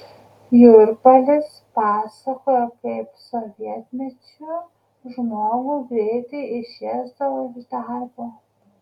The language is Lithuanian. jurpalis pasakojo kaip sovietmečiu žmogų greitai išėsdavo iš darbo